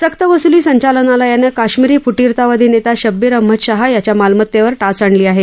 सक्त वसुली संचालनालयानं कश्मीरी फुटीरतावादी नेता शब्बीर अहमद शहा याच्या मालमत्तेवर टाच आणली आहे